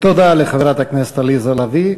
תודה לחברת הכנסת עליזה לביא.